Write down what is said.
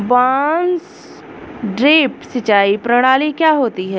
बांस ड्रिप सिंचाई प्रणाली क्या होती है?